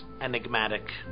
enigmatic